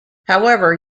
however